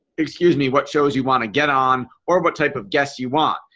excuse me what shows you want to get on or what type of guests you want.